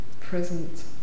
present